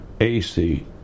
AC